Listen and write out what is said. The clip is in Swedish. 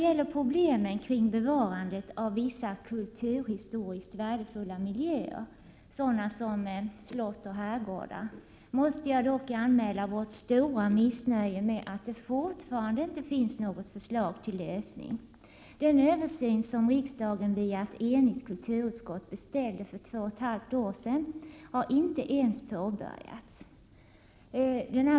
fulla miljöer, sådana som slott och herrgårdar, måste jag dock anmäla vårt — Prot. 1987/88:136 stora missnöje med att det fortfarande inte finns något förslag till lösning. 8 juni 1988 Den översyn som riksdagen via ett enigt kulturutskott beställde för två och ett halvt år sedan har inte ens påbörjats.